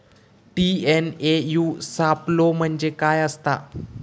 TNAU सापलो म्हणजे काय असतां?